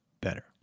better